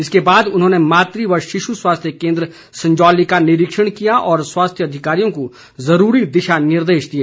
इसके बाद उन्होंने मात व शिश स्वास्थ्य केन्द्र संजौली का निरीक्षण किया और स्वास्थ्य अधिकारियों को जूरूरी दिशा निर्देश दिए